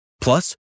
Plus